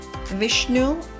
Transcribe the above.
Vishnu